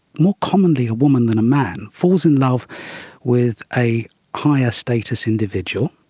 more commonly a woman than a man, falls in love with a higher status individual.